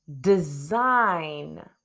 design